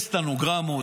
יש סטנוגרמות,